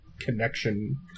connection